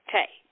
Okay